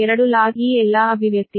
0242 log ಈ ಎಲ್ಲಾ ಅಭಿವ್ಯಕ್ತಿ